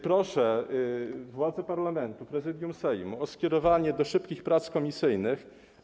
Proszę władze parlamentu, Prezydium Sejmu, o skierowanie projektu do szybkich prac komisyjnych.